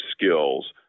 skills